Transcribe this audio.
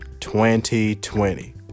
2020